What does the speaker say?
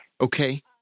Okay